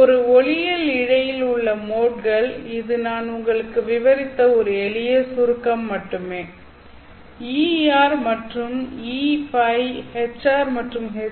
ஒரு ஒளியியல் இழையில் உள்ள மோட்கள் இது நான் உங்களுக்கு விவரித்த ஒரு எளிய சுருக்கம் மட்டுமே Er மற்றும் EØ Hr மற்றும் HØ